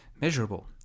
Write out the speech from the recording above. Measurable